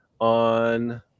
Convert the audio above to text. on